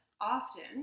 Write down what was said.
often